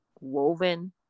woven